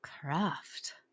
Craft